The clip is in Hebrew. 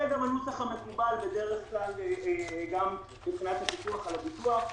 זה הנוסח המקובל בדרך כלל גם מבחינת על הפיקוח על הביטוח.